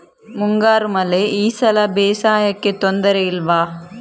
ಮುಂಗಾರು ಮಳೆ ಈ ಸಲ ಬೇಸಾಯಕ್ಕೆ ತೊಂದರೆ ಇಲ್ವ?